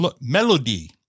Melody